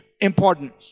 important